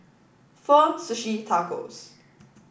Pho Sushi and Tacos